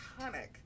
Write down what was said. iconic